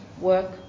work